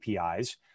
APIs